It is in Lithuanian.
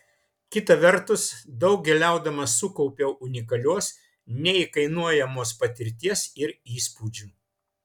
kita vertus daug keliaudama sukaupiau unikalios neįkainojamos patirties ir įspūdžių